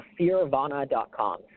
Fearvana.com